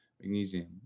magnesium